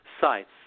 sites